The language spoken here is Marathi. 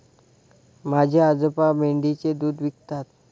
माझे आजोबा मेंढीचे दूध विकतात